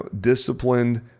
disciplined